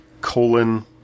colon